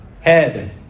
head